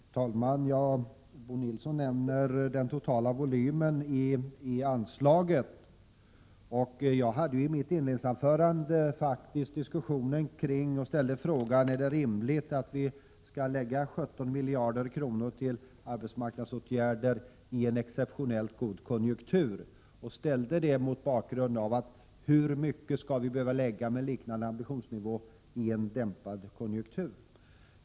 Herr talman! Bo Nilsson nämner anslagets totala volym. Jag ställde faktiskt i mitt inledningsanförande frågan om det är rimligt att lägga 17 miljarder kronor på arbetsmarknadsåtgärder i en exeptionellt god konjunktur. Jag ställde frågan mot bakgrund av hur mycket vi med liknande ambitionsnivå skall behöva lägga i en dämpad konjunktur.